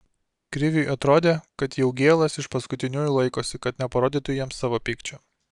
kriviui atrodė kad jaugėlas iš paskutiniųjų laikosi kad neparodytų jiems savo pykčio